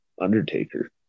Undertaker